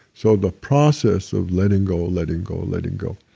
so the process of letting go, letting go, letting go.